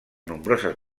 nombroses